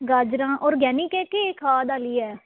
ਗਾਜਰਾਂ ਔਰਗੈਨਿਕ ਹੈ ਕਿ ਖਾਦ ਵਾਲੀ ਹੈ